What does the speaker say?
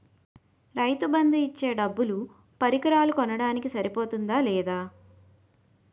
రైతు బందు ఇచ్చే డబ్బులు పరికరాలు కొనడానికి సరిపోతుందా లేదా?